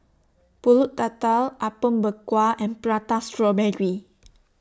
Pulut Tatal Apom Berkuah and Prata Strawberry